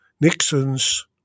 Nixon's